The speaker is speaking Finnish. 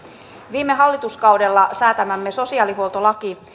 viime hallituskaudella säätämämme sosiaalihuoltolaki